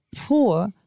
poor